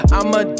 I'ma